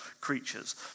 creatures